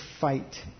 fight